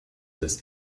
des